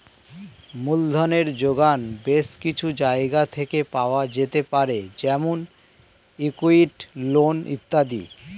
মূলধনের জোগান বেশ কিছু জায়গা থেকে পাওয়া যেতে পারে যেমন ইক্যুইটি, লোন ইত্যাদি